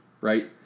right